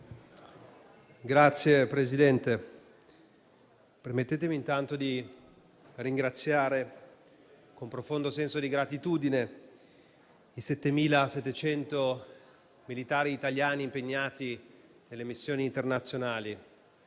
Signor Presidente, permettetemi intanto di ringraziare con profondo senso di gratitudine i 7.700 militari italiani impegnati nelle missioni internazionali,